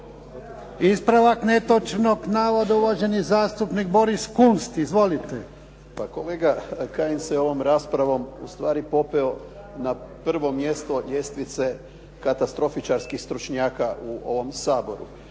Ispravak netočnog navoda, uvaženi zastupnik Boris Kunst. **Kunst, Boris (HDZ)** Pa kolega …/Govornik se ne razumije./… se ovom raspravom ustvari popeo na prvo mjesto ljestvice katastrofičarskih stručnjaka u ovom Saboru.